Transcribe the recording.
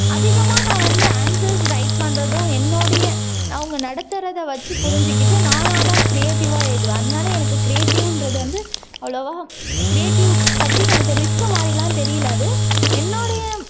அதிகமாக நான் வந்து ஆன்சர்ஸ் ரைட் பண்ணுறதும் என்னுடைய அவங்க நடத்துறதை வச்சு புரிஞ்சிக்கிட்டு நானாக தான் க்ரியேட்டிவாக எழுதுவேன் அதனால எனக்கு க்ரியேட்டிவ்ன்றது வந்து அவவ்ளவா க்ரியேட்டிவ் பற்றி எனக்கு ரிஸ்க்கு மாதிரிலாம் தெரியலை அது என்னுடைய